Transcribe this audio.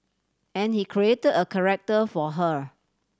and he create a character for her